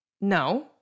No